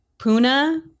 Puna